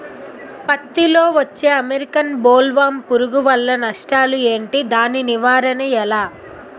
పత్తి లో వచ్చే అమెరికన్ బోల్వర్మ్ పురుగు వల్ల నష్టాలు ఏంటి? దాని నివారణ ఎలా?